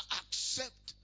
accept